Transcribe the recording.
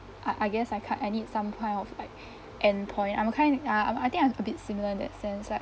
I I guess I ki~ I need some point of like end point I am kind uh I'm I think I'm a bit similar in that sense like